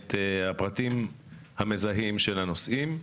את הפרטים המזהים של הנוסעים,